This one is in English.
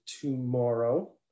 tomorrow